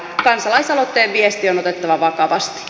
kansalaisaloitteen viesti on otettava vakavasti